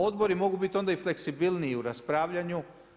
Odbori onda mogu biti i fleksibilniji u raspravljanju.